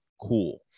cool